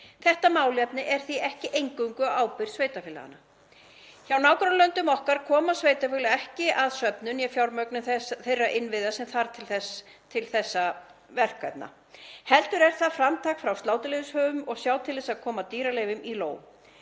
Þetta málefni er því ekki eingöngu á ábyrgð sveitarfélaganna. Hjá nágrannalöndum okkar koma sveitarfélög ekki að söfnun eða fjármögnun þeirra innviða sem þarf til þessara verkefna heldur er það framtak frá sláturleyfishöfum að sjá til þess að koma dýraleifum í lóg.